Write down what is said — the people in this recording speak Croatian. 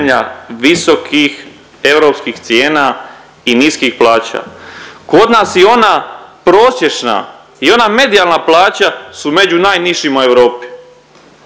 visokih europskih cijena i niskih plaća. Kod nas i ona prosječna i ona medijalna plaća su među najnižima u Europi.